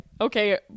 okay